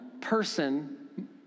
person